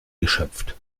geschöpft